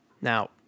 Now